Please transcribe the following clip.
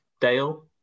Dale